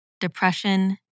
depression